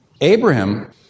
Abraham